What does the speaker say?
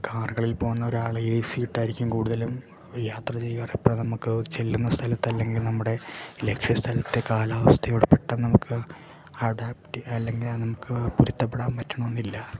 കാറുകളിൽ പോവുന്നൊരാൾ എ സിയിട്ടാരിക്കും കൂടുതലും യാത്ര ചെയ്യാറപ്പം നമുക്ക് ചെല്ലുന്ന സ്ഥലത്തല്ലെങ്കിൽ നമ്മുടെ ലക്ഷ്യ സ്ഥലത്തെ കാലാവസ്ഥയോട് പെട്ടന്ന് നമുക്ക് അഡാപ്റ്റ് അല്ലെങ്കിലത് നമുക്ക് പൊരുത്തപ്പെടാൻ പറ്റണമെന്നില്ല